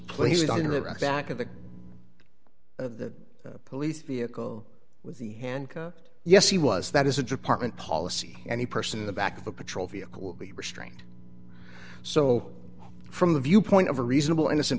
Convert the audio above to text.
back of the police vehicle with the handcuffs yes he was that is a department policy any person in the back of the patrol vehicle will be restrained so from the viewpoint of a reasonable innocent